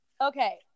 Okay